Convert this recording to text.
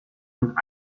und